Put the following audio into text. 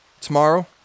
Tomorrow